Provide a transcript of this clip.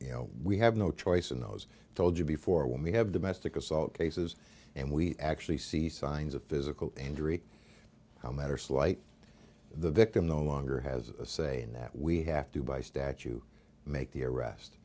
you know we have no choice and those told you before when we have domestic assault cases and we actually see signs of physical injury no matter slight the victim no longer has a say in that we have to by statue make the arrest